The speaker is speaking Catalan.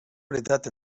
veritat